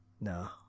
no